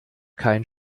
kein